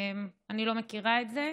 אני לא מכירה את זה.